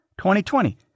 2020